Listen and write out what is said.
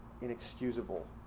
inexcusable